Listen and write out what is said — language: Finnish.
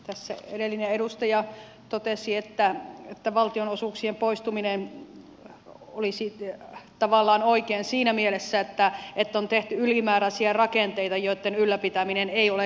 tässä edellinen edustaja totesi että valtionosuuksien poistuminen olisi tavallaan oikein siinä mielessä että on tehty ylimääräisiä rakenteita joitten ylläpitäminen ei ole kestävää